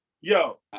Yo